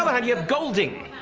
um hand, you have golding!